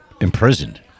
imprisoned